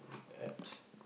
apps